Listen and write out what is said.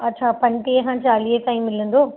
अच्छा पंटीह खां चालीह ताईं मिलंदो